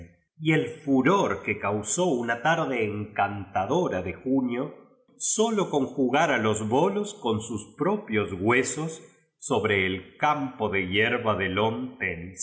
y el furor que causó una tarde encantadora de junio sólo con jugar a los bolos con sus propios huesos sobre el campo de hierba de ten teñáis v